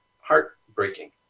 heartbreaking